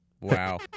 Wow